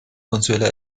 consuela